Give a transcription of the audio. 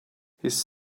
his